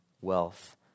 wealth